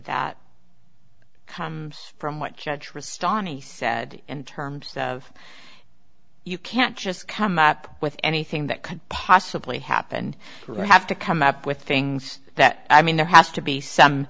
that comes from what judge restore and he said in terms of you can't just come up with anything that could possibly happen or have to come up with things that i mean there has to be some